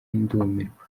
ndumirwa